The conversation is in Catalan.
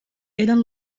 eren